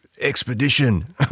expedition